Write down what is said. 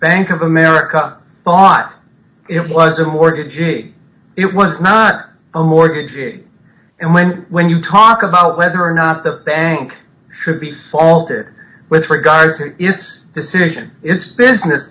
bank of america thought it was a mortgage it was not a mortgage and when when you talk about whether or not the bank should be falter with regard to its decision its business